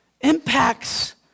impacts